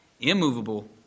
immovable